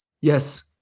Yes